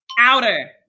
outer